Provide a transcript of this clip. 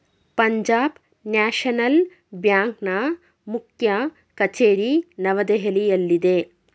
Punjab national ಬ್ಯಾಂಕ್ನ ಮುಖ್ಯ ಕಚೇರಿ ನವದೆಹಲಿಯಲ್ಲಿದೆ